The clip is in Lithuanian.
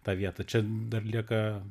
tą vietą čia dar lieka